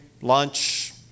lunch